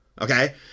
okay